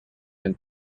and